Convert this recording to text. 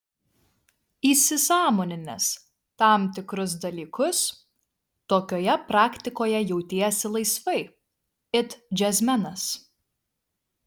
įsisąmoninęs tam tikrus dalykus tokioje praktikoje jautiesi laisvai it džiazmenas